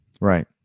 Right